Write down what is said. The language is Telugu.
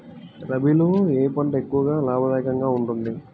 రబీలో ఏ పంట ఎక్కువ లాభదాయకంగా ఉంటుంది?